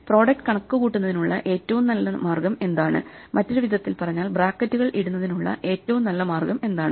product കണക്കുകൂട്ടുന്നതിനുള്ള ഏറ്റവും നല്ല മാർഗം എന്താണ് മറ്റൊരു വിധത്തിൽ ബ്രാക്കറ്റുകൾ ഇടുന്നതിനുള്ള ഏറ്റവും നല്ല മാർഗം എന്താണ്